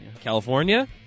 California